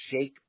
shake